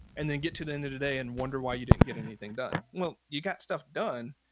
and then get to the end of today and wonder why you didn't get anything done. well, you got stuff done,